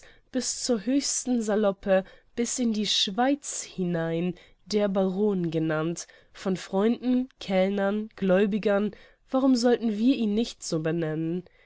bis zur hölzernen saloppe bis in die schweiz hinein der baron genannt von freunden kellnern gläubigern warum sollten wir ihn nicht so benennen